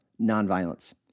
nonviolence